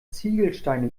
ziegelsteine